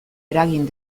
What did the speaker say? eragin